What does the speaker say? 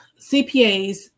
CPAs